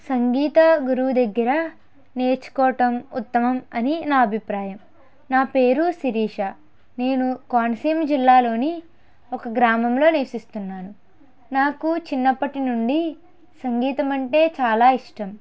సంగీత గురువు దగ్గర నేర్చుకోవటం ఉత్తమం అని నా అభిప్రాయం నా పేరు శిరీష నేను కోనసీమ జిల్లాలోని ఒక గ్రామంలో నివసిస్తున్నాను నాకు చిన్నప్పటి నుండి సంగీతం అంటే చాలా ఇష్టం